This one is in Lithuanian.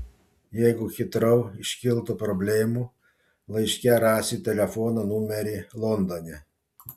jeigu hitrou iškiltų problemų laiške rasit telefono numerį londone